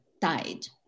died